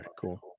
cool